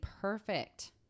perfect